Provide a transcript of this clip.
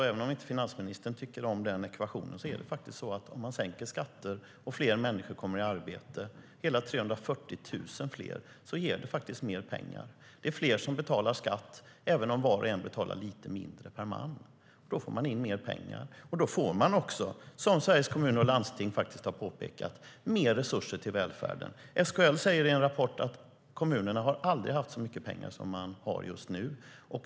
Även om inte finansministern tycker om ekvationen är det så att om man sänker skatter och fler människor kommer i arbete - hela 340 000 fler - ger det mer pengar. Det är fler som betalar skatt även om var och en betalar lite mindre per man. Då får man in mer pengar, och då får man också, som Sveriges Kommuner och Landsting har påpekat, mer resurser till välfärden. SKL säger i en rapport att kommunerna aldrig har haft så mycket pengar som de har just nu.